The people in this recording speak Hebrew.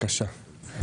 בבקשה.